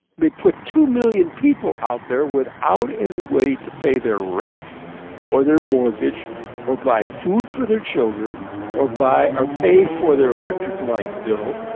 they put two million people out there without any way to pay their rent or their mortgage or buy food for their children or buy or pay for their electric light bill,